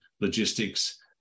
logistics